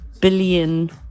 billion